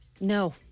no